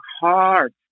heart